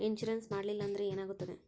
Insurance ಮಾಡಲಿಲ್ಲ ಅಂದ್ರೆ ಏನಾಗುತ್ತದೆ?